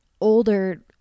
older